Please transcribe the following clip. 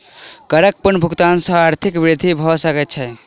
करक पूर्ण भुगतान सॅ आर्थिक वृद्धि भ सकै छै